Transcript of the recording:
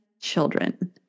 children